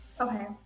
Okay